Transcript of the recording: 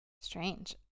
Strange